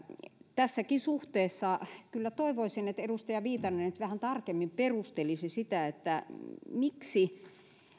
tässäkin suhteessa kyllä toivoisin että edustaja viitanen nyt vähän tarkemmin perustelisi sitä että miksi